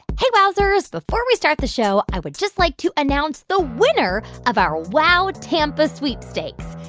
hey, wowzers. before we start the show, i would just like to announce the winner of our wow tampa sweepstakes.